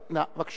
מה?